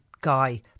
guy